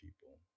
people